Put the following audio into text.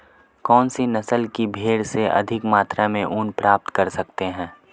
कौनसी नस्ल की भेड़ से अधिक मात्रा में ऊन प्राप्त कर सकते हैं?